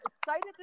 excited